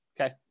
okay